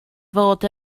fod